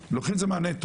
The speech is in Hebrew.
לוקחים את זה מהנטו.